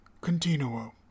continuo